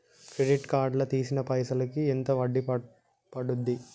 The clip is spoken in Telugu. క్రెడిట్ కార్డ్ లా తీసిన పైసల్ కి ఎంత వడ్డీ పండుద్ధి?